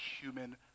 human